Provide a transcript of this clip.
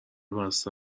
بسته